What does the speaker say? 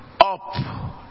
up